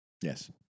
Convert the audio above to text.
yes